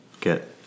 get